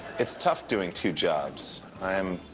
it's tough doing two jobs. i am